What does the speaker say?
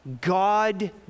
God